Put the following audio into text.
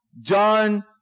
John